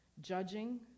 judging